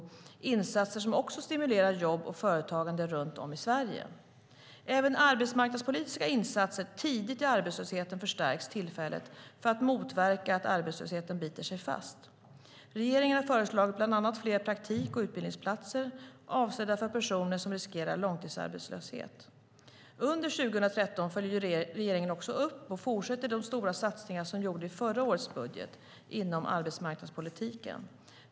Det är insatser som också stimulerar jobb och företagande runt om i Sverige. Även arbetsmarknadspolitiska insatser tidigt i arbetslösheten förstärks tillfälligt för att motverka att arbetslösheten biter sig fast. Regeringen har föreslagit bland annat fler praktik och utbildningsplatser avsedda för personer som riskerar långtidsarbetslöshet. Under 2013 följer regeringen också upp och fortsätter de stora satsningar som gjordes i förra årets budget inom arbetsmarknadspolitiken.